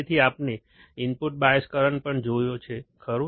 તેથી આપણે input bias current પણ જોયો છે ખરું